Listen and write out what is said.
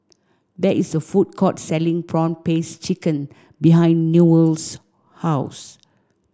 there is a food court selling prawn paste chicken behind Newell's house